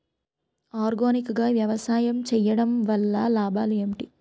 Organic గా వ్యవసాయం చేయడం వల్ల లాభాలు ఏంటి?